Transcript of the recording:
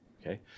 Okay